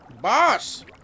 Boss